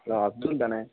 hello அப்துல்தானே